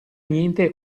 niente